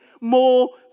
more